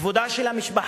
כבודה של המשפחה